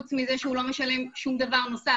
חוץ מזה שהוא לא משלם שום דבר נוסף,